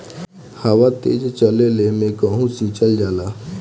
हवा तेज चलले मै गेहू सिचल जाला?